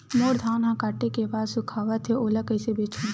मोर धान ह काटे के बाद सुखावत हे ओला कइसे बेचहु?